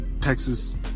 Texas